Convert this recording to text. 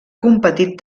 competit